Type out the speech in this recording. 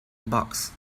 box